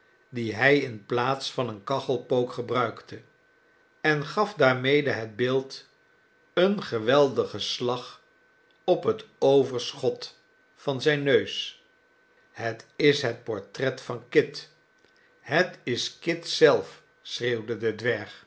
die hij in plaats van een kachelpook gebruikte en gaf daarmede het beeld een geweldigen slag op het overschot van zijn neus het is het portret van kit het is kitzelf schreeuwde de dwerg